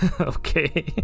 okay